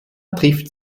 trifft